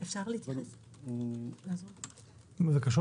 אפרת